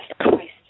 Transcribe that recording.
Christ